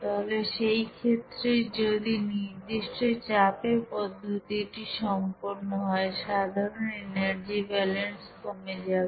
তাহলে সেই ক্ষেত্রে যদি নির্দিষ্ট চাপে পদ্ধতিটি সম্পন্ন হয় সাধারণ এনার্জি ব্যালেন্স কমে যাবে